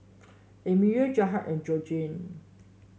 Emelia Jarrad and Georgene